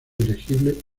elegible